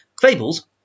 Fables